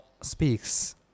speaks